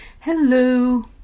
Hello